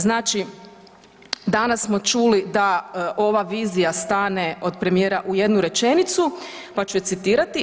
Znači, danas smo čuli da ova vizija stane od premijera u jednu rečenicu pa ću je citirati.